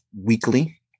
weekly